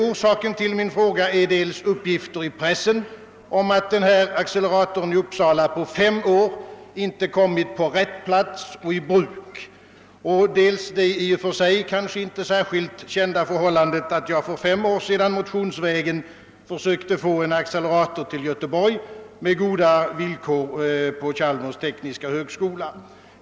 Orsaken till min fråga har varit dels uppgifter i pressen om att denna accelerator i Uppsala ännu efter fem år inte har kommit på plats och tagits i bruk, dels det kanske inte så kända förhållandet att jag för fem år sedan motionsvägen försökte få en accelerator till Göteborg, där det fanns goda villkor på Chalmers tekniska högskola.